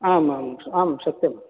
आम् आम् आं सत्यम्